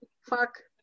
fuck